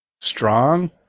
strong